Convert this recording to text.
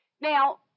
Now